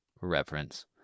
reference